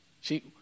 See